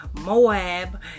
Moab